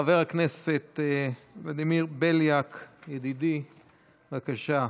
חבר הכנסת ולדימיר בליאק, ידידי, בבקשה.